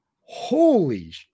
holy